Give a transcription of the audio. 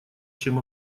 чем